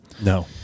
No